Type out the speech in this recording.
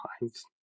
lives